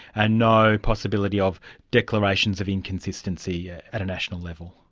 and no possibility of declarations of inconsistency yeah at a national level.